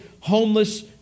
homeless